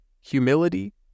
humility